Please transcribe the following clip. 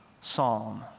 psalm